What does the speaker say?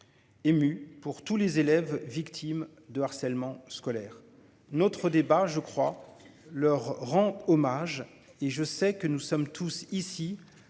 Émue pour tous les élèves victime de harcèlement scolaire. Notre débat je crois leur rend hommage. Et je sais que nous sommes tous ici